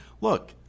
Look